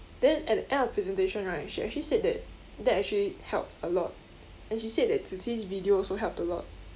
then at the end of our presentation right she actually said that that actually helped a lot and she said that zi qi's video also helped a lot